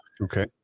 okay